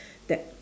that